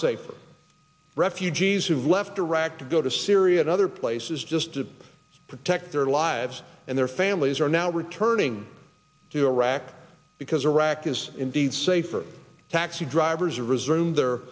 safer refugees who've left iraq to go to syria and other places just to protect their lives and their families are now returning to iraq because iraq is indeed safer taxi drivers resume their